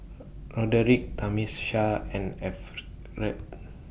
Roderick and Efren